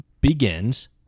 begins